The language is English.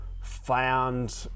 found